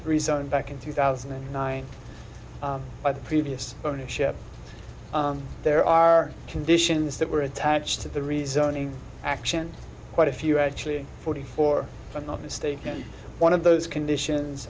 rezoned back in two thousand and nine by the previous ownership there are conditions that were attached to the rezoning action quite a few actually forty four i'm not mistaken one of those conditions